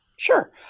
Sure